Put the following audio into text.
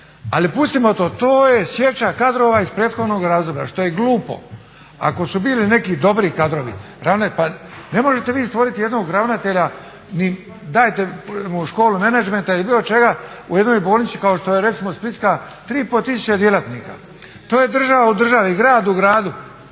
Ali pustimo to. To je sječa kadrova iz prethodnog razloga, što je glupo. Ako su bili neki dobri kadrovi, pa ne možete vi stvoriti nijednog ravnatelja i dajte mu školu menadžmenta ili bilo čega u jednoj bolnici kao što je recimo splitska, 3,5 djelatnika, to je država u državi, grad u gradu.